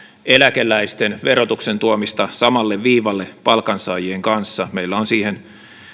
eläkeläisten verotuksen tuomista samalle viivalle palkansaajien kanssa meillä on siihen